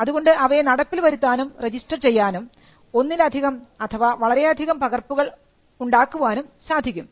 അതുകൊണ്ട് അവയെ നടപ്പിൽ വരുത്താനും രജിസ്റ്റർ ചെയ്യാനും ഒന്നിലധികം അഥവാ വളരെയധികം പകർപ്പുകൾ ആക്കാനും സാധിക്കും